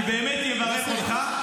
אני באמת אברך אותך,